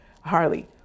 Harley